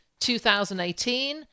2018